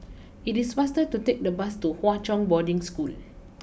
it is faster to take the bus to Hwa Chong Boarding School